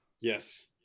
Yes